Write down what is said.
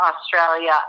Australia